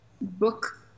book